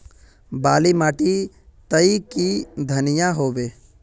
बाली माटी तई की धनिया होबे?